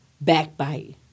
backbite